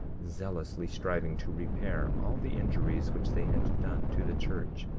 zealously striving to repair all the injuries which they had done to the church,